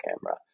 camera